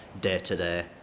day-to-day